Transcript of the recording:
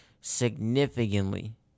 significantly